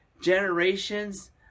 Generations